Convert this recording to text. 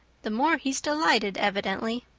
the more he's delighted evidently.